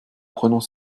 prenons